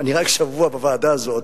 אני רק שבוע בוועדה הזאת,